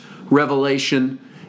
revelation